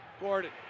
Gordon